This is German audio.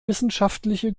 wissenschaftliche